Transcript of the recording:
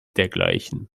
dergleichen